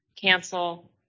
cancel